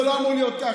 זה לא אמור להיות ככה,